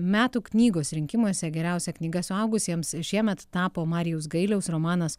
metų knygos rinkimuose geriausia knyga suaugusiems šiemet tapo marijaus gailiaus romanas